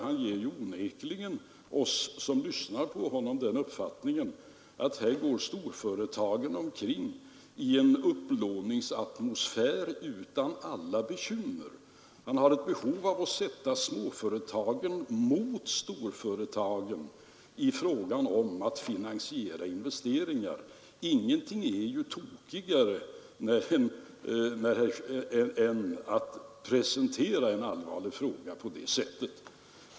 Han ger onekligen oss som lyssnar till honom den uppfattningen att här går storföretagens representanter omkring i en upplåningsatmosfär som är fri från alla bekymmer. Han har ett behov av att sätta småföretagen mot storföretagen när det gäller att finansiera investeringar. Ingenting är ju tokigare än att presentera en allvarlig fråga på det sättet.